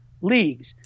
Leagues